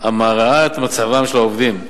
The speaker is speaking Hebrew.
המרעה את מצבם של העובדים.